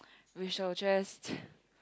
we shall just